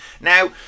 Now